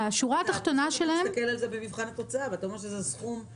בסוף אתה מסתכל על זה במבחן התוצאה ואתה רואה שזה סכום עצום.